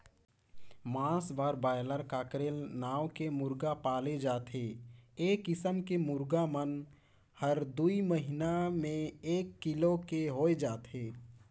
मांस बर broiler, cockerel नांव के मुरगा पाले जाथे ए किसम के मुरगा मन हर दूई महिना में एक किलो के होय जाथे